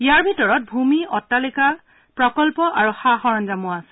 ইয়াৰ ভিতৰত ভূমি অটালিকা প্ৰকল্প আৰু সা সৰঞ্জাম আছে